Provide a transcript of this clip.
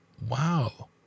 wow